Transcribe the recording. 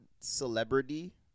celebrity